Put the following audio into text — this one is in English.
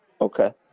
Okay